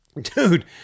Dude